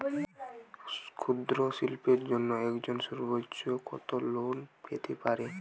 ক্ষুদ্রশিল্পের জন্য একজন সর্বোচ্চ কত লোন পেতে পারে?